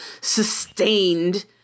sustained